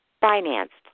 financed